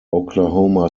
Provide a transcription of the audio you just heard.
oklahoma